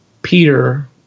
peter